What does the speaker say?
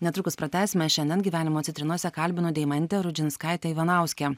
netrukus pratęsime šiandien gyvenimo citrinose kalbinu deimantę rudžinskaitę ivanauskę